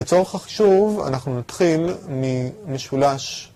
לצורך החישוב, אנחנו נתחיל ממשולש